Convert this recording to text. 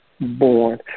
born